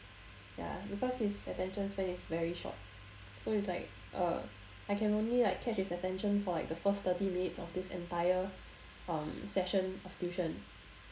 ya because his attention span is very short so it's like uh I can only like catch his attention for the first thirty minutes of this entire um session of tuition